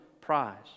prize